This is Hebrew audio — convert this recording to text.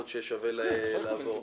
יכול להיות ששווה לעבור.